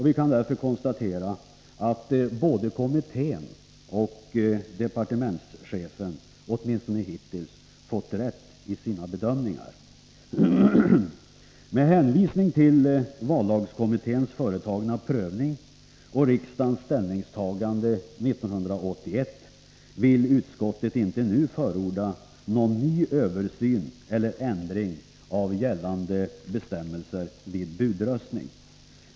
Vi kan därför konstatera att både kommittén och departementschefen åtminstone hittills har fått rätt i sina bedömningar. Med hänvisning till vallagskommitténs företagna prövning och riksdagens ställningstagande 1981 vill utskottet inte nu förorda någon ny översyn eller ändring av gällande bestämmelser vid budröstning.